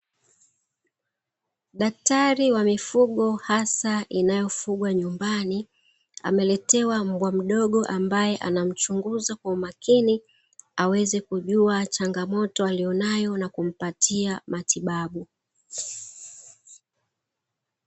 Daktari wa mifugo hasa inayofugwa nyumbani, ameletewa mbwa mdogo; ambaye anamchunguza kwa umakini, aweze kujua changamoto aliyonayo na kumpatia matibabu.